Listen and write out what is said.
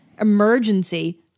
emergency